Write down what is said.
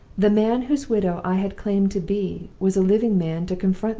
the man whose widow i had claimed to be was a living man to confront me!